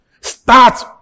Start